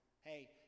Hey